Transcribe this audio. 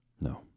no